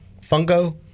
Fungo